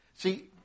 See